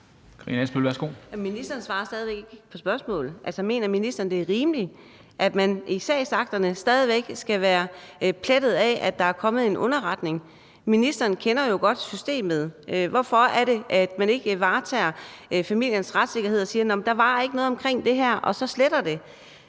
ministeren svarer stadig væk ikke på spørgsmålet. Altså, mener ministeren, det er rimeligt, at man i sagsakterne stadig væk skal være plettet af, at der er kommet en underretning? Ministeren kender jo godt systemet. Hvorfor er det, at man ikke varetager familiens retssikkerhed og siger, at der ikke var noget omkring det der og så sletter det?